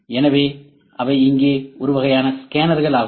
எனவே அவை இங்கே ஒரு வகையான ஸ்கேனர்கள் ஆகும்